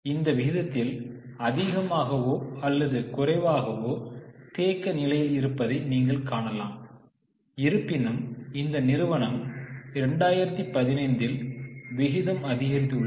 இந்த விகிதத்தில் அதிகமாகவோ அல்லது குறைவாகவோ தேக்க நிலையில் இருப்பதை நீங்கள் காணலாம் இருப்பினும் இந்நிறுவனம் 2015 இல் விகிதம் அதிகரித்துள்ளது